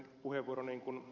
ukkolalta usein kuullaan